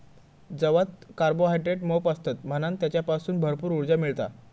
जवात कार्बोहायड्रेट मोप असतत म्हणान तेच्यासून भरपूर उर्जा मिळता